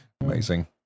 Amazing